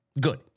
Good